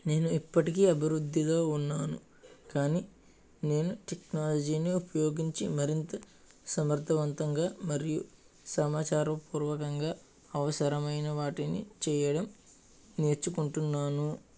నేను ఇప్పటికీ అభివృద్ధిలో ఉన్నాను కాని నేను టెక్నాలజీని ఉపయోగించి మరింత సమర్థవంతంగా మరియు సమాచార పూర్వకంగా అవసరమైన వాటిని చేయడం నేర్చుకుంటున్నాను